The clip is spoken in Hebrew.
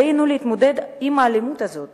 עלינו להתמודד עם האלימות הזאת